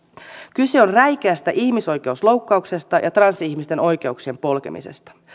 kyse on räikeästä ihmisoikeusloukkauksesta ja transihmisten oikeuksien polkemisesta